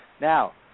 Now